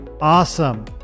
awesome